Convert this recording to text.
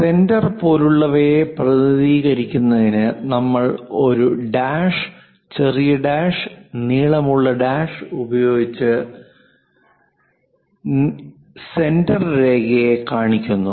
centre പോലുള്ളവയെ പ്രതിനിധീകരിക്കുന്നതിന് നമ്മൾ ഒരു ഡാഷ് ചെറിയ ഡാഷ് നീളമുള്ള ഡാഷ് ഉപയോഗിച്ച് സെന്റർരേഖയെ കാണിക്കുന്നു